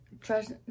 trust